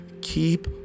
keep